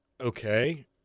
Okay